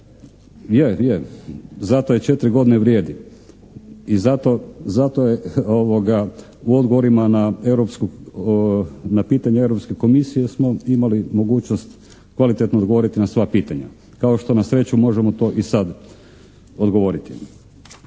Je, zato i četiri godine vrijedi i zato je u odgovorima na europsku, na pitanje Europske komisije smo imali mogućnost kvalitetno odgovoriti na sva pitanja kao što na sreću možemo to i sada odgovoriti.